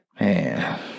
Man